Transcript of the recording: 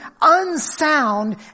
unsound